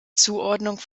zuordnung